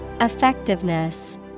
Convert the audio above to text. Effectiveness